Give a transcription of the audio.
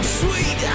sweet